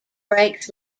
breaks